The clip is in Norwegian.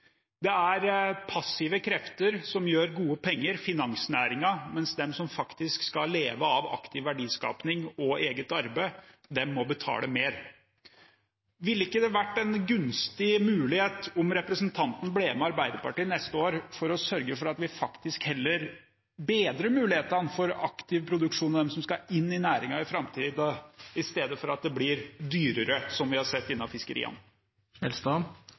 Det er passive krefter som gjør gode penger, som finansnæringen, mens de som faktisk skal leve av aktiv verdiskaping og eget arbeid, må betale mer. Ville det ikke ha vært en gunstig mulighet om representanten ble med Arbeiderpartiet neste år for å sørge for at vi faktisk heller bedrer mulighetene for aktiv produksjon og for dem som skal inn i næringen i framtiden, i stedet for at det blir dyrere, slik vi har sett innen fiskeriene?